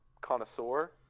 Connoisseur